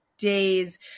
Days